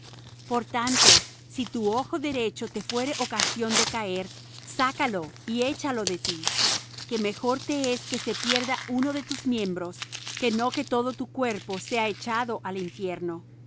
por tanto si tu ojo derecho te fuere ocasión de caer sácalo y échalo de ti que mejor te es que se pierda uno de tus miembros que no que todo tu cuerpo sea echado al infierno